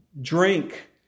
drink